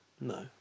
no